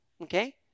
Okay